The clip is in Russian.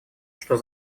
что